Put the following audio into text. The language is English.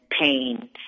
pain